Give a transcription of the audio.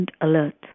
alert